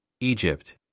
Egypt